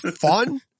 fun